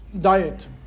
diet